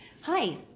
Hi